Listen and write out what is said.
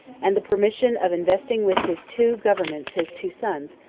and the permission of investing with his two governments his two sons,